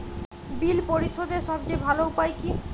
বিল পরিশোধের সবচেয়ে ভালো উপায় কী?